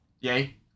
yay